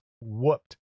whooped